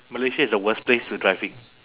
malaysia is the worst place to driving